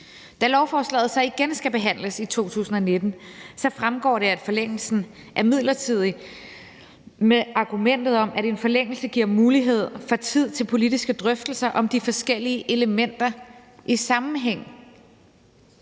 Da lovforslaget så igen skal behandles i 2019, fremgår det, at forlængelsen er midlertidig, med argumentet om, at en forlængelse giver mulighed for tid til politiske drøftelser om de forskellige elementer i sammenhæng.